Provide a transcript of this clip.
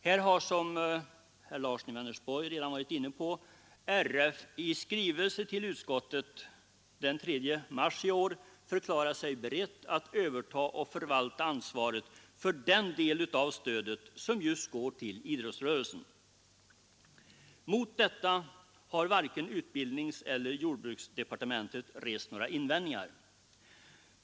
Här har, som herr Larsson i Vänersborg redan varit inne på, RF i skrivelse till utskottet den 3 mars i år förklarat sig berett att överta ansvaret för och förvaltningen av den del av stödet som just går till idrottsrörelsen. Mot detta har varken utbildningsdepartementet eller jordbruksdepartementet rest några invändningar.